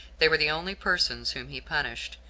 they were the only persons whom he punished,